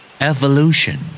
Evolution